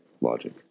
logic